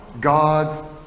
God's